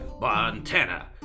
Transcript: Montana